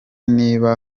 niba